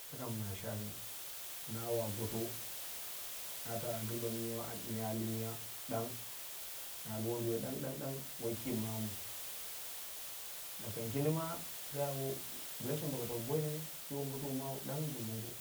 Shaka mi shani, na wa goto, na tana gilba miya ali miya ɗang. Na al wonduwoi ɗang, ɗang, ɗang, woi ki mamu. Na kang kindi ma kida bla shimi boko tako boi nene ki wombotuma mawu ɗang gin mongo.